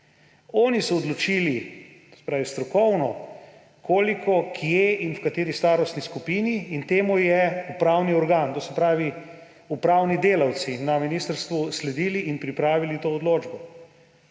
Oni so odločili, se pravi strokovno, koliko, kje in v kateri starostni skupini in temu je upravni organ, to se pravi, upravni delavci na ministrstvu sledili in pripravili to odločbo